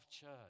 church